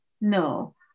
No